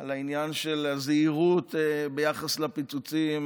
על העניין של הזהירות ביחס לפיצוצים,